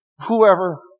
whoever